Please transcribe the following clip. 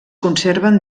conserven